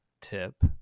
tip